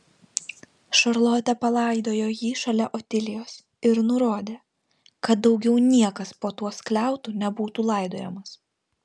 šarlotė palaidojo jį šalia otilijos ir nurodė kad daugiau niekas po tuo skliautu nebūtų laidojamas